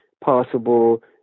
possible